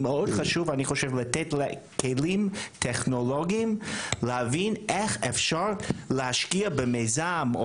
מאוד חשוב אני חושב לתת כלים טכנולוגיים להבין איך אפשר להשקיע במיזם,